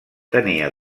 tenia